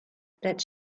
that